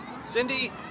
Cindy